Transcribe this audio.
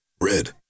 red